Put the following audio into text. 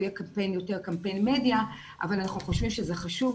הוא יהיה יותר קמפיין מדיה אבל אנחנו חושבים שזה חשוב,